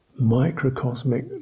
microcosmic